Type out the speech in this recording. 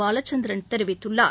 பாலசந்திரன் தெரிவித்துள்ளார்